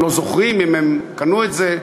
הם לא זוכרים אם הם קנו את זה.